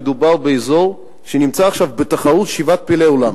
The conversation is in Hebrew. מדובר באזור שנמצא עכשיו בתחרות שבעת פלאי עולם.